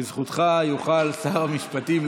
אינו נוכח, חבר הכנסת יבגני סובה,